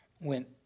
went